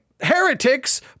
heretics